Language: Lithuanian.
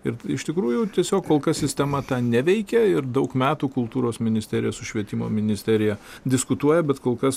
ir iš tikrųjų tiesiog kol kas sistema neveikia ir daug metų kultūros ministerija su švietimo ministerija diskutuoja bet kol kas